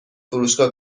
فروشگاه